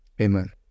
Amen